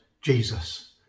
Jesus